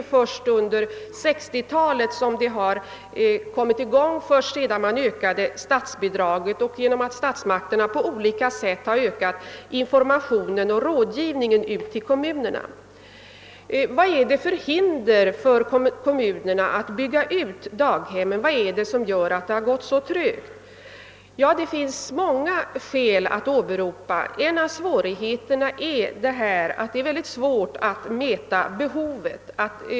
Det är först under 1960-talet som denna utbyggnad kommit i gång på grund av att man ökat statsbidraget och på grund av att statsmakterna på olika sätt har ökat informationen och rådgivningen till kommunerna på detta område. Vad är det som har hindrat kommunerna att bygga ut barnstugor, vad är det som har gjort att det har gått så trögt? Ja, det finns många skäl att åberopa. En av orsakerna är. att det är mycket svårt att mäta behovet.